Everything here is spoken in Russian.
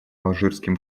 алжирским